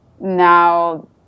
now